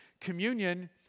communion